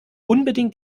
unbedingt